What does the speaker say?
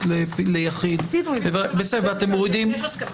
ליחיד ואתם מורידים -- מבחינתנו זה בסדר.